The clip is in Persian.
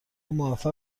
موفق